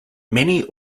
many